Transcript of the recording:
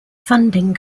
funding